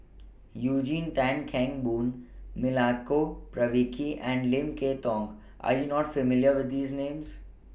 Eugene Tan Kheng Boon Milenko Prvacki and Lim Kay Tong Are YOU not familiar with These Names